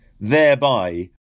thereby